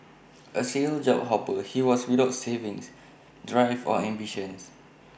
A serial job hopper he was without savings drive or ambitions